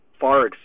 far